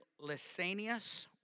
Lysanias